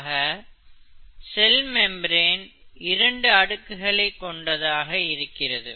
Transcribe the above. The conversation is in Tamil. ஆக செல் மெம்பிரேன் இரண்டு அடுக்குகளை கொண்டதாக இருக்கிறது